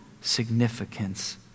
significance